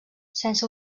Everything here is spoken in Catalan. sense